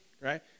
right